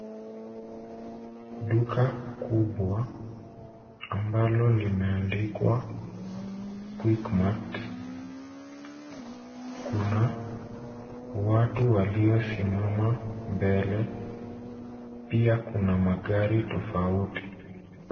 Duka kubwa ambalo limeandikwa Quickmart kuna watu waliosimama mbele pia kuna magari tofauti.